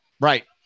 Right